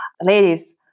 ladies